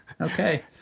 okay